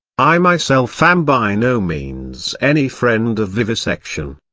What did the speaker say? i myself am by no means any friend of vivisection.